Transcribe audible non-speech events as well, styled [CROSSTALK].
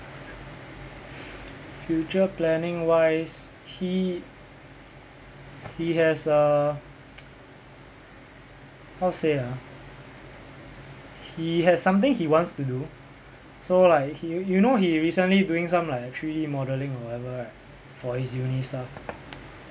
future planning-wise he he has a [NOISE] how to say ah he has something he wants to do so like he you know he recently doing some like three D modelling or whatever right for his uni stuff